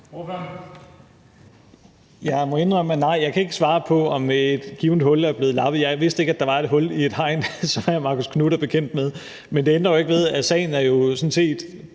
Jeg må indrømme, at nej, jeg kan ikke svare på, om et givent hul er blevet lappet. Jeg vidste ikke, at der var et hul i et hegn, som hr. Marcus Knuth er bekendt med. Men det ændrer jo ikke ved, at sagen sådan set